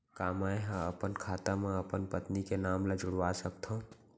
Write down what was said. का मैं ह अपन खाता म अपन पत्नी के नाम ला जुड़वा सकथव?